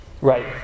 Right